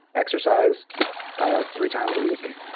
exercise three times a week,